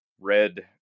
red